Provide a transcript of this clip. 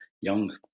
Young